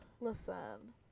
Listen